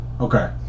Okay